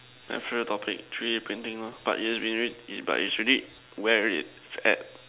my favourite topic three A printing lor but it's been but it's already wear it App